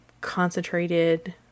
concentrated